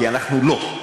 כי אנחנו לא.